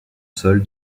sol